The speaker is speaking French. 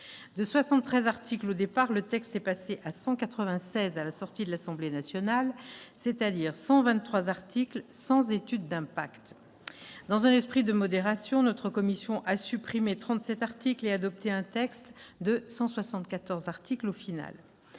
De 73 articles au départ, le texte est passé à 196 articles à la suite de son examen par l'Assemblée nationale, c'est-à-dire 123 articles sans étude d'impact. Dans un esprit de modération, notre commission a supprimé 37 articles et adopté un texte de 174 articles au final.